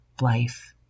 life